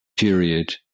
period